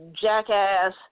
jackass